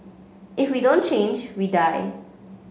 if we don't change we die